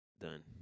done